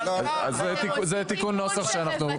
זה תיקון נוסח שאנחנו.